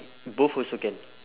both also can